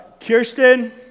Kirsten